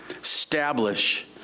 establish